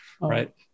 right